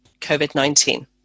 COVID-19